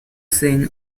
seeing